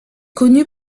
connu